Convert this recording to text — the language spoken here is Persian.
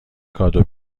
کادو